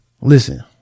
listen